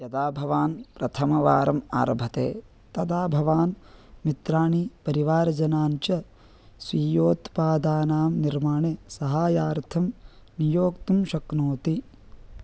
यदा भवान् प्रथमवारम् आरभते तदा भवान् मित्राणि परिवारजनान् च स्वीयोत्पादानां निर्माणे सहायार्थं नियोक्तुं शक्नोति